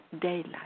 daylight